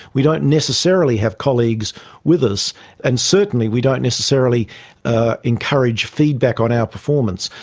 we don't necessarily have colleagues with us and certainly we don't necessarily ah encourage feedback on our performance.